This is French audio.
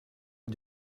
est